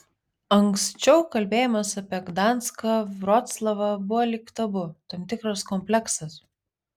anksčiau kalbėjimas apie gdanską vroclavą buvo lyg tabu tam tikras kompleksas